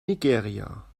nigeria